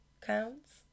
counts